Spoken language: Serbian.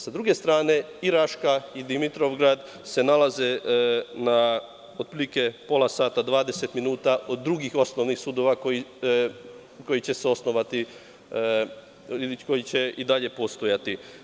S druge strane, i Raška i Dimitrovgrad se nalaze na otprilike pola sata, 20 minuta od drugih osnovnih sudova koji će se osnovati ili koji će i dalje postojati.